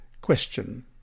Question